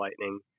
Lightning